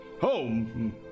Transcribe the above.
Home